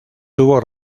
tuvo